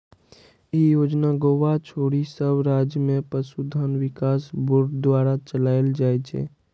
ई योजना गोवा छोड़ि सब राज्य मे पशुधन विकास बोर्ड द्वारा चलाएल जाइ छै